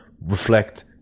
reflect